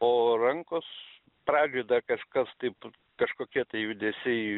o rankos pradžioj dar kažkas taip kažkokie tai judesiai